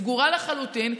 סגורה לחלוטין.